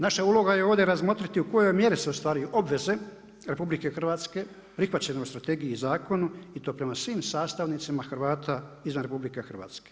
Naša uloga je ovdje razmotriti u kojoj mjeri se ostvaruju obveze RH prihvaćene u Strategiji i zakonu i to prema svim sastavnicama Hrvata izvan RH.